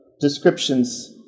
descriptions